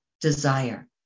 Desire